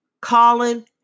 Colin